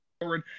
forward